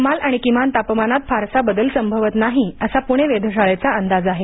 कमाल आणि किमान तापमानात फारसा बदल संभवत नाही असा पुणे वेधशाळेचा अंदाज आहे